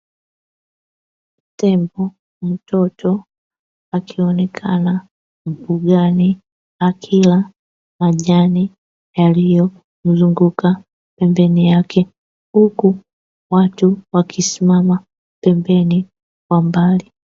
Tembo mtoto akionekakana mbugani akila majani yaliyomzunguka pembeni yake, huku watu wakisimama pembeni kwa mbali.